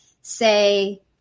say